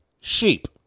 sheep